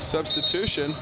substitution